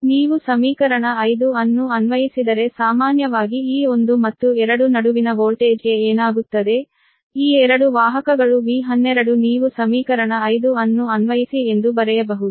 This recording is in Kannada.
ಆದ್ದರಿಂದ ನೀವು ಸಮೀಕರಣ 5 ಅನ್ನು ಅನ್ವಯಿಸಿದರೆ ಸಾಮಾನ್ಯವಾಗಿ ಈ 1 ಮತ್ತು 2 ನಡುವಿನ ವೋಲ್ಟೇಜ್ಗೆ ಏನಾಗುತ್ತದೆ ಈ 2 ವಾಹಕಗಳು V12 ನೀವು ಸಮೀಕರಣ 5 ಅನ್ನು ಅನ್ವಯಿಸಿ ಎಂದು ಬರೆಯಬಹುದು